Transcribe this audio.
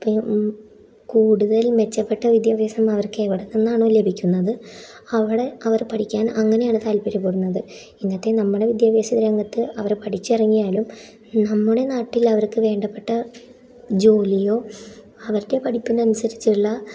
കൂടുതൽ മെച്ചപ്പെട്ട വിദ്യാഭ്യാസം അവർക്ക് എവിടെ നിന്നാണ് ലഭിക്കുന്നത് അവിടെ അവർ പഠിക്കാൻ അങ്ങനെയാണ് താത്പര്യപ്പെടുന്നത് ഇന്നത്തെ നമ്മുടെ വിദ്യാഭ്യാസ രംഗത്ത് അവർ പഠിച്ചിറങ്ങിയാലും നമ്മുടെ നാട്ടിലവർക്ക് വേണ്ടപ്പെട്ട ജോലിയോ അവരുടെ പഠിപ്പിനനുസരിച്ചുള്ള